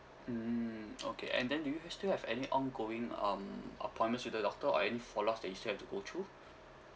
mm okay and then do you ha~ still have any ongoing um appointments with the doctor or any follow ups that you still have to go to